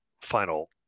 final